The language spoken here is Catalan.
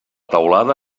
teulada